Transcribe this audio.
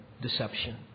deception